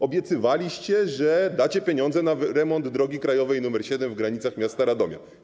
Obiecywaliście, że dacie pieniądze na remont drogi krajowej nr 7 w granicach miasta Radomia.